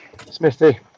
Smithy